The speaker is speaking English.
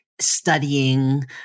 studying